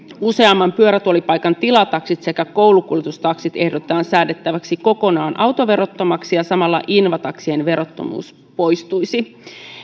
useamman pyörätuolipaikan tilataksit sekä koulukuljetustaksit ehdotetaan säädettäväksi kokonaan autoverottomiksi ja samalla invataksien verottomuus poistuisi